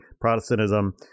Protestantism